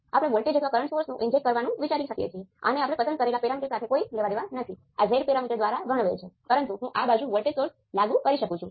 હવે આપણે આ બે પોર્ટના y પેરામીટર્સનું મૂલ્યાંકન કરી શકીએ છીએ અને હું તે કરવા જઈ રહ્યો નથી પરંતુ તમે તે ખૂબ જ સરળતાથી કરી શકો છો